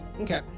okay